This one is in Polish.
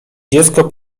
dziecko